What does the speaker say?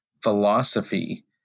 philosophy